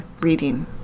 reading